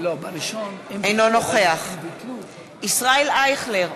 אינו נוכח ישראל אייכלר,